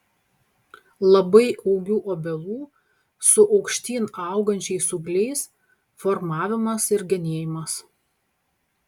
labai augių obelų su aukštyn augančiais ūgliais formavimas ir genėjimas